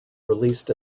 released